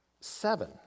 seven